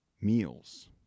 meals